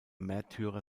märtyrer